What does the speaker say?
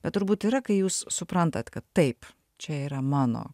bet turbūt yra kai jūs suprantat kad taip čia yra mano